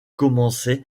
commençait